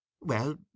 Well